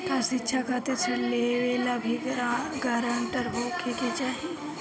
का शिक्षा खातिर ऋण लेवेला भी ग्रानटर होखे के चाही?